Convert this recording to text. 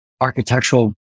architectural